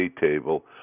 table